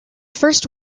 first